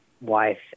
wife